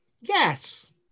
Yes